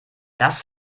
das